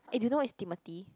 eh do you know who is Timothy